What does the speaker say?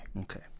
Okay